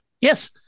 Yes